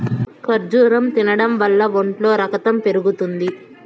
ఖర్జూరం తినడం వల్ల ఒంట్లో రకతం పెరుగుతుంది